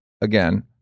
again